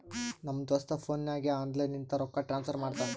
ನಮ್ ದೋಸ್ತ ಫೋನ್ ನಾಗೆ ಆನ್ಲೈನ್ ಲಿಂತ ರೊಕ್ಕಾ ಟ್ರಾನ್ಸಫರ್ ಮಾಡ್ತಾನ